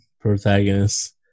protagonist